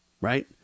Right